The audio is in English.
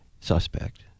suspect